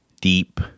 deep